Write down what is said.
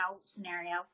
scenario